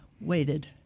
waited